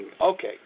Okay